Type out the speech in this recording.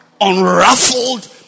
Unruffled